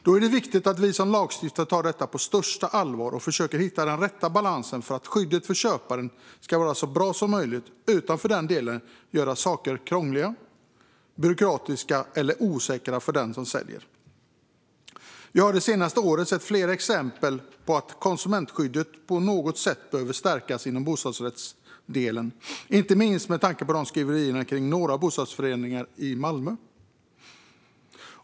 Då är det viktigt att vi som lagstiftare tar detta på största allvar och försöker att hitta den rätta balansen för att skyddet för köparen ska vara så bra som möjligt utan att för den skull göra saker krångliga, byråkratiska eller osäkra för den som säljer. Vi har det senaste året sett flera exempel på att konsumentskyddet på något sätt behöver stärkas inom bostadsrättsdelen, inte minst med tanke på skriverierna kring några bostadsrättsföreningar i Malmö.